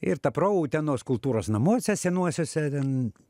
ir ta proga utenos kultūros namuose senuosiuose ten